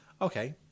Okay